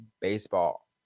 Baseball